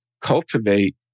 cultivate